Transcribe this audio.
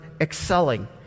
excelling